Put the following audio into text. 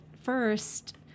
first